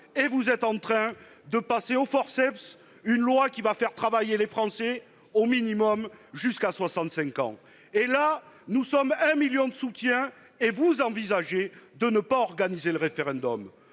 et vous êtes en train de faire passer au forceps une loi qui va faire travailler les Français au minimum jusqu'à 65 ans. Et là, nous sommes un million de soutiens, et vous envisagez de ne pas organiser le référendum